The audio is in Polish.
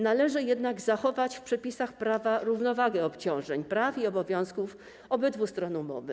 Należy jednak zachować w przepisach prawa równowagę obciążeń, praw i obowiązków obydwu stron umowy.